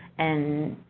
and,